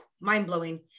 mind-blowing